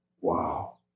Wow